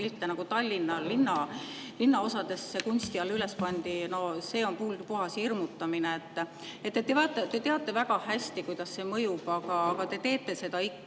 pilte Tallinna linnaosadesse kunsti [pähe] üles pandi, no see on puhas hirmutamine. Te teate väga hästi, kuidas see mõjub, aga te teete seda ikka,